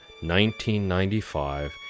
1995